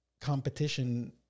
competition